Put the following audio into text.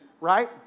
right